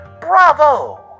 Bravo